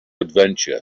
adventure